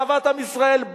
אהבת עם ישראל,